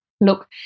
Look